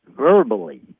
verbally